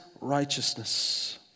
righteousness